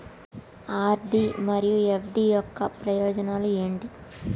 RD మరియు FD యొక్క ప్రయోజనాలు ఏంటి?